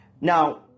Now